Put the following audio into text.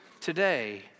today